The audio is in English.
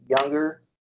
younger